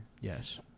Yes